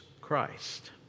Christ